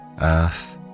earth